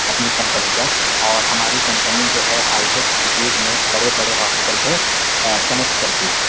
اپنی کمپنی کا اور ہماری کمپنی جو ہے ہائی ٹیک سٹیز میں بڑے بڑے ہاسپیٹل کو کنیکٹ کرتی ہے